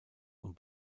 und